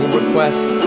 requests